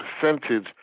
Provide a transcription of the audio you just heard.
percentage